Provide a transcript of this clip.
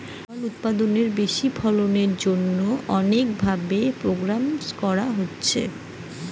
ফল উৎপাদনের ব্যাশি ফলনের লিগে ম্যালা ভাবে প্রোপাগাসন ক্যরা হতিছে